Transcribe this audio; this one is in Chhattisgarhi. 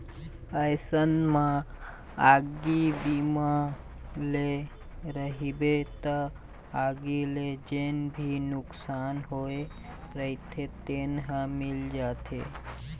अइसन म आगी बीमा ले रहिबे त आगी ले जेन भी नुकसानी होय रहिथे तेन ह मिल जाथे